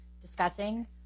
discussing